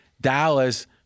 Dallas